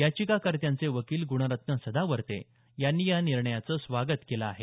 याचिकाकर्त्यांचे वकील गुणरत्न सदावर्ते यांनी या निर्णयाचे स्वागत केलं आहे